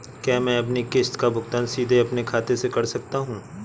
क्या मैं अपनी किश्त का भुगतान सीधे अपने खाते से कर सकता हूँ?